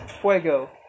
Fuego